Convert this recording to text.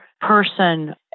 person